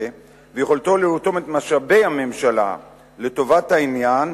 ויכולתו לרתום את משאבי הממשלה לטובת העניין,